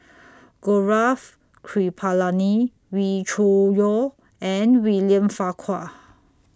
Gaurav Kripalani Wee Cho Yaw and William Farquhar